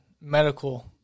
medical